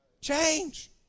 Change